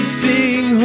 sing